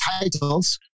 titles